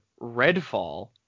Redfall